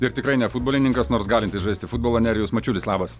ir tikrai ne futbolininkas nors galintis žaisti futbolą nerijus mačiulis labas